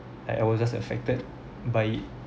like I was just affected by it